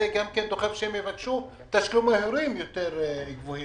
זה דוחף לכך שהם יבקשו תשלומי הורים יותר גבוהים.